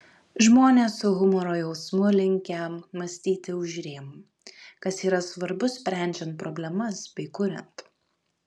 žmonės su humoro jausmu linkę mąstyti už rėmų kas yra svarbu sprendžiant problemas bei kuriant